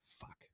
Fuck